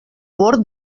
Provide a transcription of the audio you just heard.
bord